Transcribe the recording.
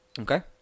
Okay